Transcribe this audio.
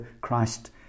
Christ